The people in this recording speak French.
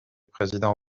président